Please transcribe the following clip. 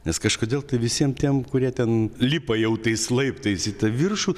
nes kažkodėl visiem tiem kurie ten lipa jau tais laiptais į viršų